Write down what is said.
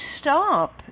stop